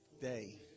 day